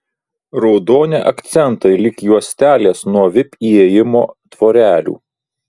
raudoni akcentai lyg juostelės nuo vip įėjimo tvorelių